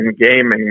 gaming